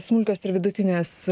smulkios ir vidutinės